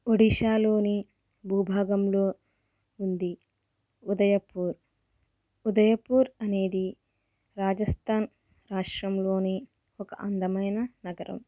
ఒడిశాలోని భూభాగంలో ఉంది ఉదయపూర్ ఉదయపూర్ అనేది రాజస్థాన్ రాష్ట్రంలోని ఒక అందమైన నగరం